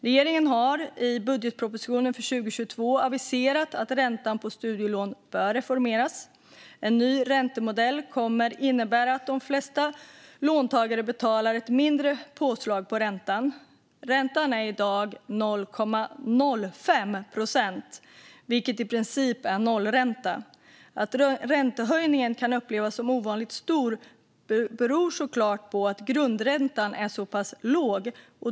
Regeringen har i budgetpropositionen för 2022 aviserat att räntan på studielån bör reformeras. En ny räntemodell kommer att innebära att de flesta låntagare betalar ett mindre påslag på räntan. Räntan är i dag 0,05 procent, vilket i princip är en nollränta. Att räntehöjningen kan upplevas som ovanligt stor beror såklart på att grundräntan är så pass låg.